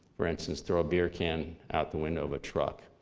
for instance, throw a beer can out the window of a truck.